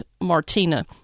Martina